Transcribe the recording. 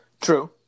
True